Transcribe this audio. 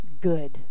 good